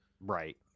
Right